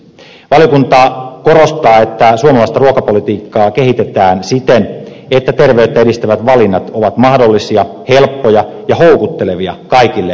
valiokunta korostaa että suomalaista ruokapolitiikkaa kehitetään siten että terveyttä edistävät valinnat ovat mahdollisia helppoja ja houkuttelevia kaikille väestöryhmille